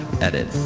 edit